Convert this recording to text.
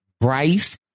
Bryce